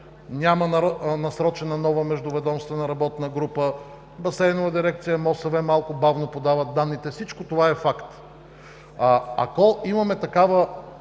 Няма насрочена нова междуведомствена работна група. Басейнова дирекция, МОСВ малко бавно подават данните – всичко това е факт. Ако имаме такава